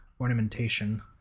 ornamentation